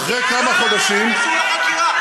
אדוני, זה קשור לחקירה.